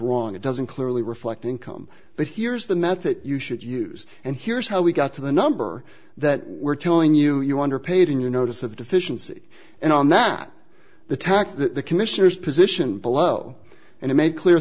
wrong it doesn't clearly reflect income but here's the math that you should use and here's how we got to the number that we're telling you you under paid in your notice of deficiency and on that the tack that the commissioners position below and i made clear